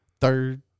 Third